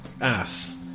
ass